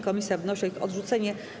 Komisja wnosi o ich odrzucenie.